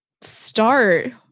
start